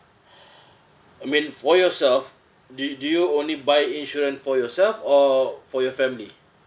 I mean for yourself do do you only buy insurance for yourself or for your family